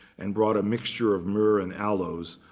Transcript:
and brought a mixture of myrrh and aloes,